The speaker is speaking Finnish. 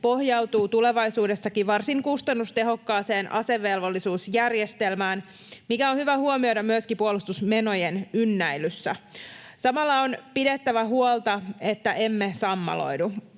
pohjautuu tulevaisuudessakin varsin kustannustehokkaaseen asevelvollisuusjärjestelmään, mikä on hyvä huomioida myöskin puolustusmenojen ynnäilyssä. Samalla on pidettävä huolta, että emme sammaloidu.